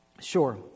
Sure